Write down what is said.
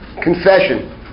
Confession